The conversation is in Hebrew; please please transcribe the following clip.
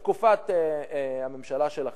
בתקופת הממשלה שלכם,